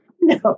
no